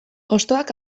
hostoak